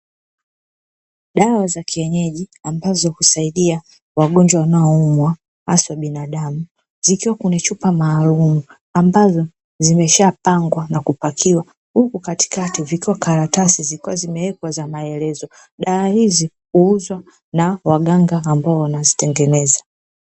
Dawa za kienyeji ambazo husaidia wagonjwa wanaoumwa, hasa binadamu, zikiwa kwenye chupa maalimu ambazo zimeshapangwa na kupakiwa huku katikati vikiwa karatasi zikiwa zimewekwa za maelezo. Dawa hizi huuzwa na waganga ambao wanazitengeneza.